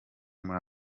muri